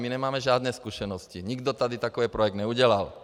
My nemáme žádné zkušenosti, nikdo tady takový projekt neudělal.